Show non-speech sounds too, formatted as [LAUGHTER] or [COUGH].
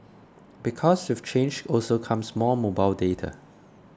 because [UNINTELLIGIBLE] change also comes more mobile data